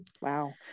Wow